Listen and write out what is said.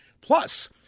Plus